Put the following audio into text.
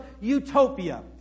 utopia